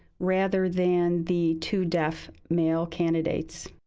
rather than the two deaf male candidates.